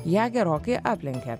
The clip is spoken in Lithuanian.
ją gerokai aplenkė